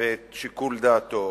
ואת שיקול דעתו,